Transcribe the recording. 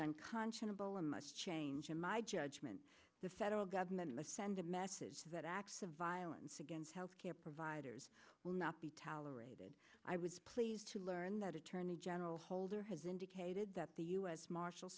unconscionable and must change in my judgment the federal government must send a message that acts of violence against health care providers will not be tolerated i was pleased to learn that attorney general holder has indicated that the u s marshal